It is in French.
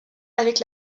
avec